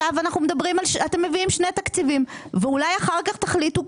אתם מביאים שני תקציבים ואולי אחר כך תחליטו,